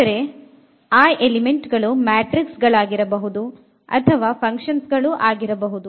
ಆದರೆ ಆ ಎಲಿಮೆಂಟ್ ಗಳು ಮ್ಯಾಟ್ರಿಕ್ಸ್ ಗಳಾಗಿರಬಹುದು functions ಆಗಿರಬಹುದು